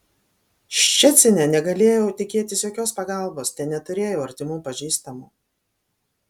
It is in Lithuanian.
ščecine negalėjau tikėtis jokios pagalbos ten neturėjau artimų pažįstamų